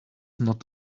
not